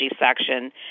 section